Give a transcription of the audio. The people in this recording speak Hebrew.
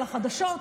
אחרי החדשות.